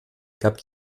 gab